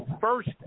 first